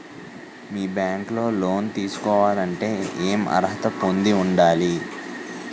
మీ bank లో loan తీసుకోవాలంటే ఎం అర్హత పొంది ఉండాలి?